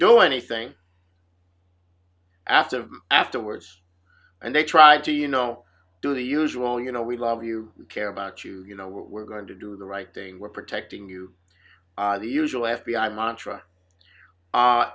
do anything after afterwards and they tried to you know do the usual you know we love you care about you you know we're going to do the right thing we're protecting you the usual f